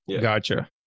Gotcha